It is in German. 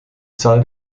zahl